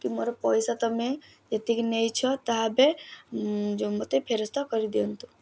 କି ମୋର ପଇସା ତୁମେ ଯେତିକି ନେଇଛ ତାହା ଏବେ ଯେଉଁ ମୋତେ ଫେରସ୍ତ କରିଦିଅନ୍ତୁ